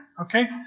Okay